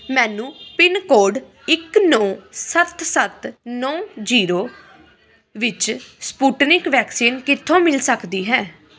ਮੈਨੂੰ ਪਿੰਨਕੋਡ ਇੱਕ ਨੌਂ ਸੱਤ ਸੱਤ ਨੌਂ ਜੀਰੋ ਵਿੱਚ ਸਪੁਟਨਿਕ ਵੈਕਸੀਨ ਕਿੱਥੋਂ ਮਿਲ ਸਕਦੀ ਹੈ